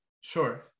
Sure